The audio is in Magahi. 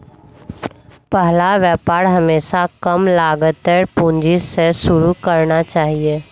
पहला व्यापार हमेशा कम लागतेर पूंजी स शुरू करना चाहिए